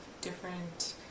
different